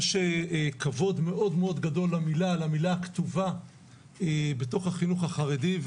יש כבוד למילה הכתובה בחינוך החרדי,